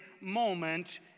moment